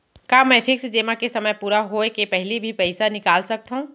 का मैं फिक्स जेमा के समय पूरा होय के पहिली भी पइसा निकाल सकथव?